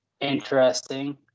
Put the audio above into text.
interesting